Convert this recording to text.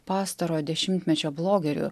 pastarojo dešimtmečio blogerių